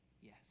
yes